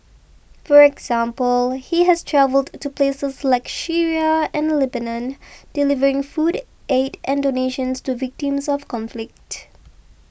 for example he has travelled to places like Syria and Lebanon delivering food aid and donations to victims of conflict